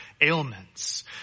ailments